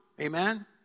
Amen